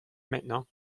maintenant